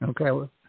Okay